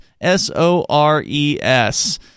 S-O-R-E-S